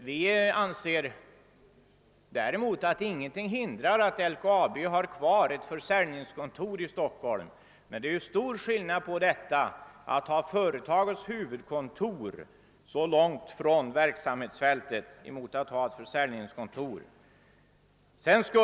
Däremot anser vi att ingenting hindrar att LKAB har kvar ett försäljningskontor i Stockholm, men det är stor skillnad på att ha företagets huvudkontor så långt från verksamhetsfältet och att ha ett försäljningskontor här i Stockholm.